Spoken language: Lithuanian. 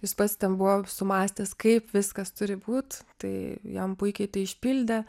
jis pats ten buvo sumąstęs kaip viskas turi būt tai jam puikiai tai išpildė